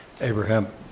Abraham